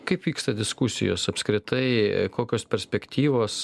kaip vyksta diskusijos apskritai kokios perspektyvos